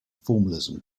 formalism